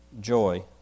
joy